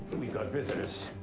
we've got visitors.